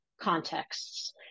contexts